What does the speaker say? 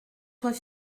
soit